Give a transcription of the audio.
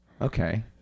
Okay